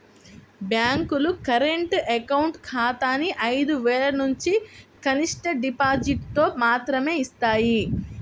బ్యేంకులు current account ఖాతాని ఐదు వేలనుంచి కనిష్ట డిపాజిటుతో మాత్రమే యిస్తాయి